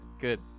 good